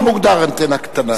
מה מוגדר אנטנה קטנה?